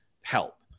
help